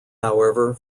however